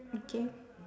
okay